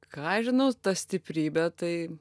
ką aš žinau ta stiprybė tai